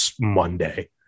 Monday